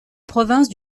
province